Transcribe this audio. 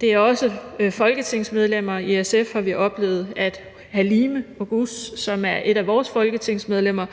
Det sker også for folketingsmedlemmer, og i SF har vi oplevet, at Halime Oguz, som er et af vores folketingsmedlemmer,